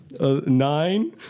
Nine